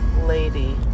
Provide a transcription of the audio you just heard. lady